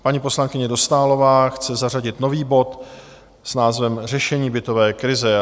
Paní poslankyně Dostálová chce zařadit nový bod s názvem Řešení bytové krize.